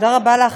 תודה רבה לך,